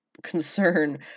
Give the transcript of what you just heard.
concern